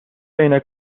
عینک